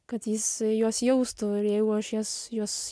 kad jisai juos jaustų ir jeigu aš jas juos